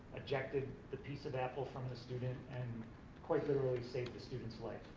ejected the piece of apple from the student and quite literally save the student's life.